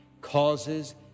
causes